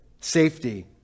safety